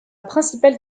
principale